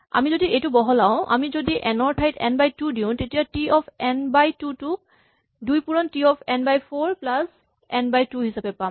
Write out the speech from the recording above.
আমি যদি এইটো বহলাও আমি যদি এন ৰ ঠাইত এন বাই টু দিও তেতিয়া ই T of N by two ক দুই পুৰণ T of N by four plus N by two হিচাপে পাম